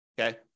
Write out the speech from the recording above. Okay